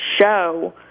show